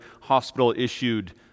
hospital-issued